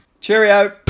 Cheerio